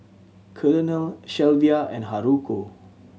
Colonel Shelvia and Haruko